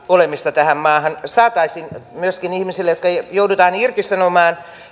olemista tähän maahan ja saataisiin myöskin koulutusta ihmisille jotka joudutaan irtisanomaan